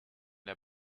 der